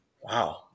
Wow